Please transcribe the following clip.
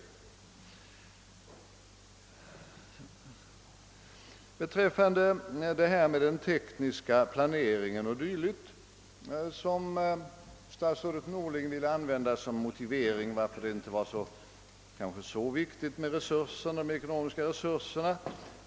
Statsrådet Norling ville med hänvisning till den tekniska planeringen motivera sin ståndpunkt, att det inte var så viktigt med de ekonomiska resurserna.